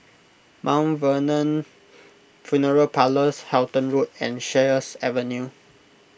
Mount Vernon funeral Parlours Halton Road and Sheares Avenue